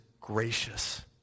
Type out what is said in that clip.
gracious